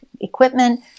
equipment